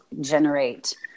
generate